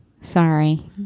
sorry